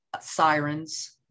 Sirens